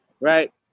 right